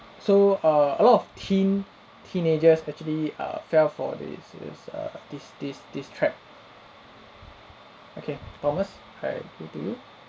so err a lot of teen teenagers actually err fell for this this err this this this trap okay thomas I open to you